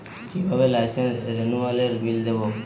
কিভাবে লাইসেন্স রেনুয়ালের বিল দেবো?